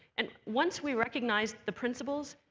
and once we recognized the principles,